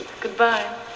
goodbye